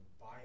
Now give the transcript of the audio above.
buy